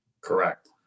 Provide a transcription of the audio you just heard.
Correct